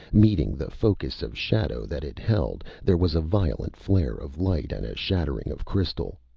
meeting the focus of shadow that it held, there was a violent flare of light and a shattering of crystal.